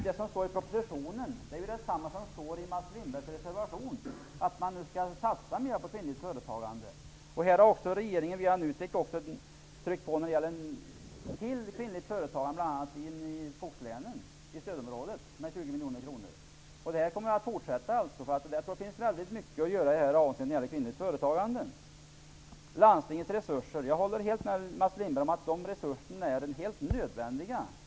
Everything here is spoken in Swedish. Det som står i propositionen är dock detsamma som står i Mats Lindbergs reservation, nämligen att man nu skall satsa mer på kvinnligt företagande. Regeringen har tryckt på via NUTEK när det gäller kvinnligt företagande bl.a. i skogslänen, i stödområdet, med 20 miljoner kronor. Detta arbete kommer att fortsätta. Jag tror att det finns mycket att göra i det här avseendet för att stimulera kvinnligt företagande. Jag håller helt med Mats Lindberg om att landstingets resurser är nödvändiga.